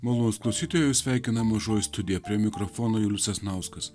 malonūs klausytojai jus sveikina mažoji studija prie mikrofono julius sasnauskas